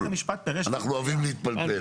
אנחנו אוהבים להתפלפל,